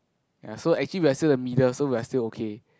ya so actually we're still the middle so we're still okay